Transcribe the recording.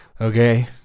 Okay